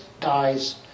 dies